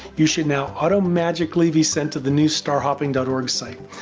you should now automagically be sent to the new starhopping dot org site.